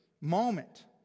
moment